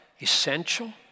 essential